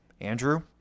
Andrew